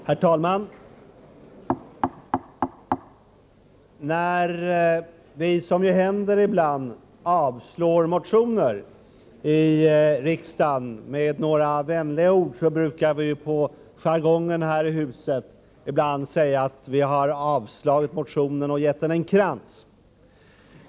Herr talman! När, som det ibland händer, att vi i riksdagen avslår en motion med några vänliga ord, brukar vi med jargongspråket här i huset säga, att vi har avslagit motionen och gett den en krans.